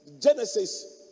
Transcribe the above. Genesis